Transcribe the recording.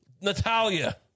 Natalia